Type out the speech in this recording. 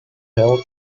held